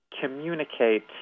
communicate